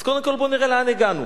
אז קודם כול בואו נראה לאן הגענו.